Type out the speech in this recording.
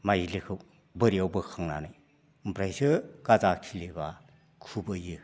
माइलिखौ बोरियाव बोखांनानै ओमफ्रायसो गाजा खिलिबा खुबैयो